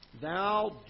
thou